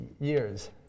years